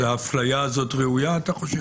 והאפליה הזאת ראויה, אתה חושב?